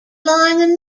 than